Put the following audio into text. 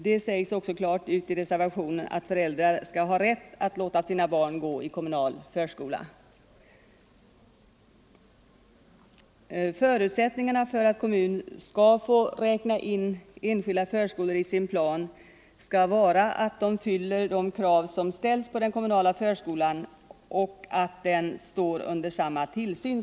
Det sägs också klart ut i reservationen att föräldrar skall ha rätt att låta sina barn gå i kommunal förskola. Förutsättningarna för att kommun skall få räkna in enskilda förskolor i sin plan är att dessa fyller de krav som ställs på den kommunala förskolan och att de står under samma tillsyn.